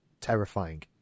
terrifying